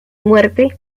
muerte